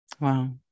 Wow